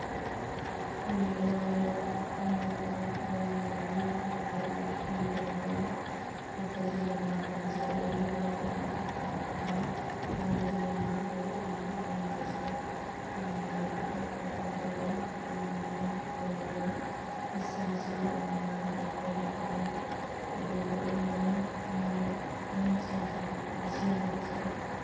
ꯑꯩꯈꯣꯏꯒꯤ ꯑꯩꯅ ꯑꯉꯥꯡ ꯑꯣꯏꯔꯤꯉꯩꯗꯒꯤ ꯑꯩꯈꯣꯏꯒꯤ ꯐꯤ ꯂꯣꯟꯕ ꯈꯣꯠꯄꯁꯤ ꯌꯥꯝꯅ ꯄꯥꯝꯖꯔꯛꯏ ꯑꯩꯈꯣꯏꯒꯤ ꯀꯇꯥ ꯑꯃ ꯄꯥꯏꯔꯗꯨꯅ ꯑꯩꯈꯣꯏ ꯑꯉꯥꯡ ꯑꯣꯏꯔꯤꯉꯩꯗꯁꯨ ꯌꯥꯝꯅ ꯇꯧꯖꯔꯛꯏ ꯑꯗꯨꯅ ꯃꯔꯝ ꯑꯣꯏꯔꯒ ꯈꯨꯠ ꯁꯥꯁꯨ ꯌꯥꯝꯅ ꯍꯩꯕ ꯍꯦꯜꯂꯛꯏ ꯑꯗꯨꯕꯨ ꯑꯩꯅ ꯑꯉꯥꯡꯁꯤꯡꯁꯨ ꯁꯦꯝꯕꯗꯁꯨ